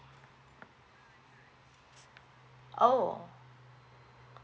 oh